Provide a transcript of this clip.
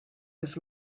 was